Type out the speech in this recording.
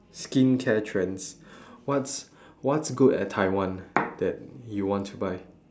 skincare trends what's what's good at taiwan that you want to buy